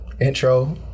intro